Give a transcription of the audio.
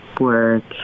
work